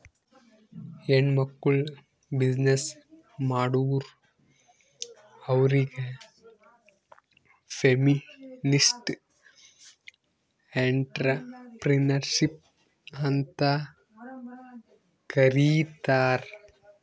ಹೆಣ್ಮಕ್ಕುಳ್ ಬಿಸಿನ್ನೆಸ್ ಮಾಡುರ್ ಅವ್ರಿಗ ಫೆಮಿನಿಸ್ಟ್ ಎಂಟ್ರರ್ಪ್ರಿನರ್ಶಿಪ್ ಅಂತ್ ಕರೀತಾರ್